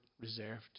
reserved